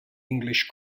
english